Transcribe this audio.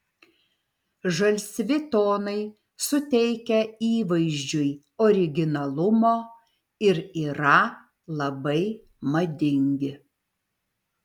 žalsvi tonai suteikia įvaizdžiui originalumo ir yra labai madingi